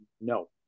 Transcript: No